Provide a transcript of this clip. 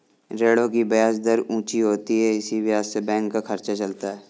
ऋणों की ब्याज दर ऊंची होती है इसी ब्याज से बैंक का खर्चा चलता है